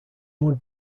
would